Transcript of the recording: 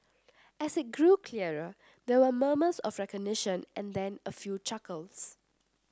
as it grew clearer there were murmurs of recognition and then a few chuckles